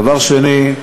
דבר שני,